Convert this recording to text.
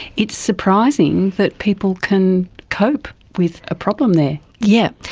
it's surprising that people can cope with a problem there. yes.